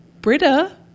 Britta